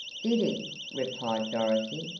did he? replied dorothy,